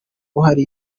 uhari